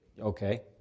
Okay